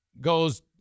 goes